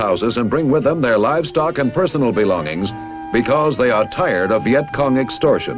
houses and bring with them their livestock and personal belongings because they are tired of vietcong extortion